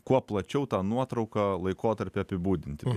kuo plačiau tą nuotrauką laikotarpį apibūdinti